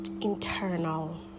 internal